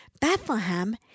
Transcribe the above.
Bethlehem